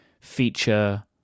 feature